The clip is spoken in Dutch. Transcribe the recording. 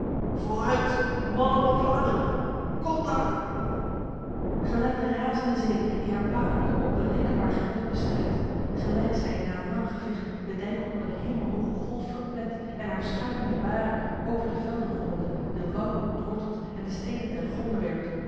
vooruit mannen van vlaanderen komt aan gelijk de razende zee die haar palen met onberekenbaar geweld bestrijdt gelijk zij na een lang gevecht de dijk onder een hemelhoge golf verplet en haar schuimende baren over de velden rollende de wouden ontwortelt en de steden ten gronde werpt